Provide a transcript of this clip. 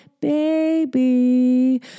baby